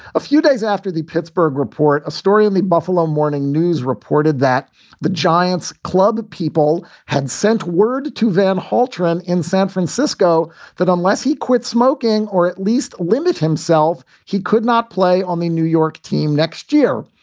a few days after the pittsburgh report, a story in the buffalo morning news reported that the giants club of people had sent word to van hultgren in san francisco that unless he quit smoking or at least limit himself, he could not play on the new york team next year.